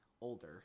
older